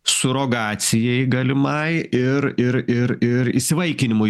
surogacijai galimai ir ir ir ir įsivaikinimui